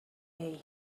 day